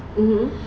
mmhmm